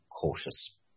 cautious